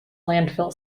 landfill